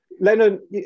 Lennon